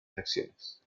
elecciones